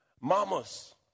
Mamas